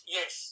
Yes